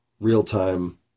real-time